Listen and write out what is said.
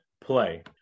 play